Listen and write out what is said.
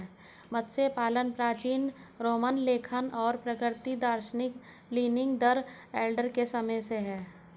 मत्स्य पालन प्राचीन रोमन लेखक और प्राकृतिक दार्शनिक प्लिनी द एल्डर के समय से है